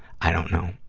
i don't know.